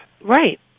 right